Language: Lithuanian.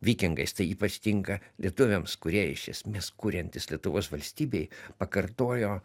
vikingais tai ypač tinka lietuviams kurie iš esmės kuriantis lietuvos valstybei pakartojo